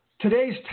Today's